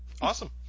Awesome